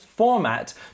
Format